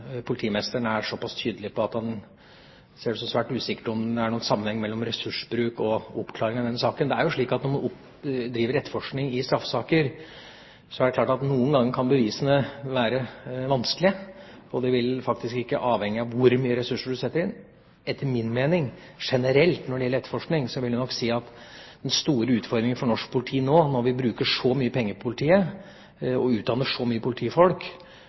han ser det som svært usikkert om det er noen sammenheng mellom ressursbruk og oppklaring av denne saken. Når man driver etterforskning i straffesaker, er det klart at det noen ganger kan være vanskelig å finne bevis, og det vil faktisk ikke avhenge av hvor mye ressurser man setter inn. Jeg vil nok si at generelt når det gjelder etterforskning, er den store utfordringen for norsk politi nå når vi bruker så mye penger på politiet og utdanner så mye politifolk,